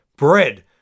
bread